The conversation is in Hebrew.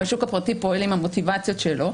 והשוק הפרטי פועל עם המוטיבציות שלו.